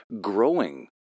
growing